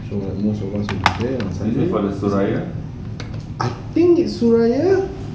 so like most of us will be there lah I think it's suraya